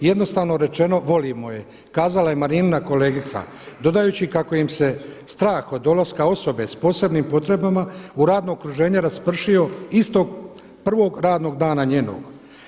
Jednostavno rečeno volimo je, kazala je Marinina kolegica dodajući kako im se strah od dolaska osobe sa posebnim potrebama u radno okruženje raspršio istog prvog radnog dana njenog.